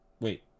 Wait